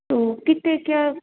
तो कितने क्या